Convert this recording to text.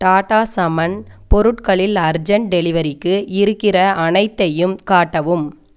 டாடா சம்மன் பொருட்களில் அர்ஜெண்ட் டெலிவரிக்கு இருக்கிற அனைத்தையும் காட்டவும்